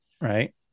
right